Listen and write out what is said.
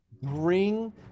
bring